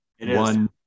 one